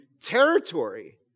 territory